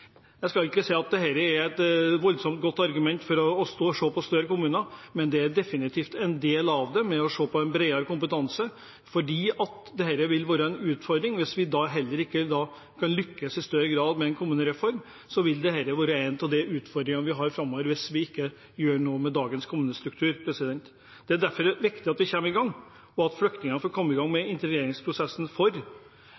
Jeg skal ikke si at dette er et voldsomt godt argument for å se på større kommuner, men det er definitivt en del av det med hensyn til å se på en bredere kompetanse, for dette vil være en utfordring. Hvis vi ikke lykkes i større grad med en kommunereform, vil dette være en av de utfordringene vi har framover – hvis vi ikke gjør noe med dagens kommunestruktur. Det er derfor viktig at vi kommer i gang, og at flyktninger får komme i gang med